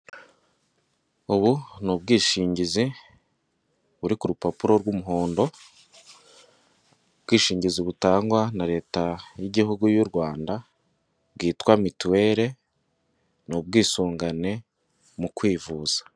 Ubu ni ubwishingizi buri ku rupapuro rw'umuhondo; ubwishingizi butangwa na Leta y'igihugu y'u Rwanda, bwitwa mituwele; ni ubwisungane mu kwivuza.